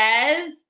says